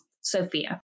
Sophia